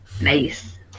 Nice